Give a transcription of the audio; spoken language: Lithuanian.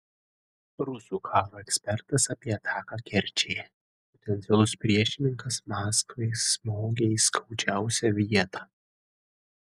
rusų karo ekspertas apie ataką kerčėje potencialus priešininkas maskvai smogė į skaudžiausią vietą